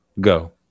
Go